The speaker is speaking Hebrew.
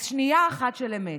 אז שנייה אחת של אמת,